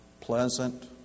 pleasant